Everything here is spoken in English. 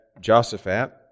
Josaphat